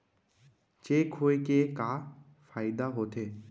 Cheque होए के का फाइदा होथे?